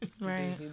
right